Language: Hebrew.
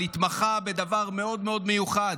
אבל התמחה בדבר מאוד מאוד מיוחד,